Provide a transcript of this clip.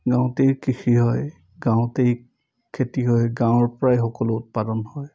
গাঁৱতেই কৃষি হয় গাঁৱতেই খেতি হয় গাঁৱৰপৰাই সকলো উৎপাদন হয়